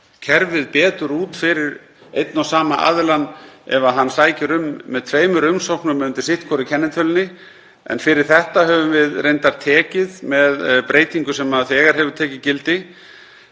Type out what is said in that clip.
kerfið betur út fyrir einn og sama aðilann ef hann sækir um með tveimur umsóknum undir sitthvorri kennitölunni. Fyrir þetta höfum við reyndar tekið með breytingu sem þegar hefur tekið gildi.